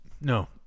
no